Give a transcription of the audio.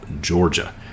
Georgia